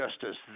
justice